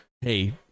Hey